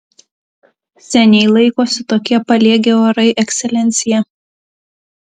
seniai laikosi tokie paliegę orai ekscelencija